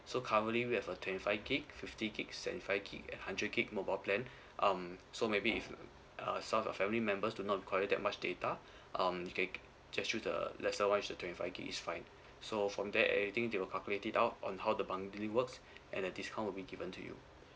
so currently we have a twenty five gig fifty gigs and five gig hundred gig mobile plan um so maybe if err some of your family members do not require that much data um you can just choose the lesser one which is twenty five gig is fine so from there everything they will calculate it out on how the bundling works and the discount will be given to you